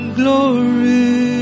glory